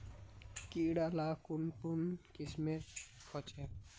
कीड़ा ला कुन कुन किस्मेर होचए?